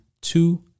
two